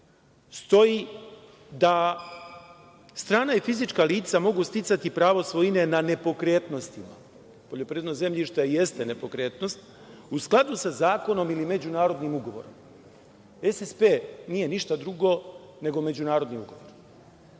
stoji da strana i fizička lica mogu sticati pravo svojine nad nepokretnostima, poljoprivredno zemljište jeste nepokretnost, u skladu sa zakonom i međunarodnim ugovorima, SSP nije ništa drugo nego međunarodni ugovor.